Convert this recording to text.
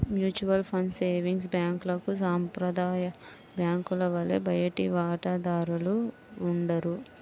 mutual savings బ్యాంక్లకు సాంప్రదాయ బ్యాంకుల వలె బయటి వాటాదారులు ఉండరు